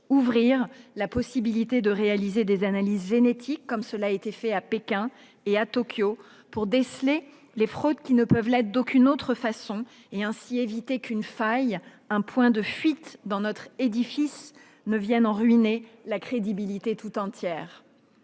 ouvrir la possibilité de réaliser des analyses génétiques, comme cela a été fait à Pékin et à Tokyo, afin de déceler les fraudes qui ne peuvent l'être d'aucune autre façon et, ainsi, éviter qu'une faille, un point de fuite, dans notre édifice ne vienne en ruiner la crédibilité tout entière.